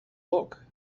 look